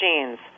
machines